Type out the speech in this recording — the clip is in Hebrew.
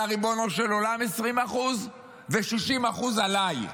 על ריבונו של עולם 20% ו-60% עליי.